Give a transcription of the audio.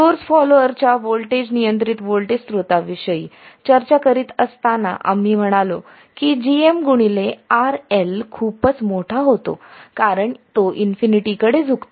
source फॉलॉअरच्या voltage नियंत्रित voltage स्रोताविषयी चर्चा करीत असताना आम्ही म्हणालो की gmRL खूपच मोठा होतो कारण तो इन्फिनिटीकडे झुकतो